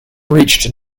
reached